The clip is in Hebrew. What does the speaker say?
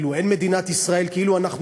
כאילו אין מדינת ישראל,